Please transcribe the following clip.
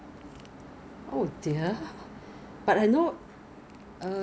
no lah it's not dead skin but it includes your dead skin but it it's not all your dead skin